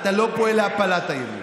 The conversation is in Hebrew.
אתה לא פועל להפלת הימין.